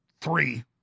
three